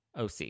OC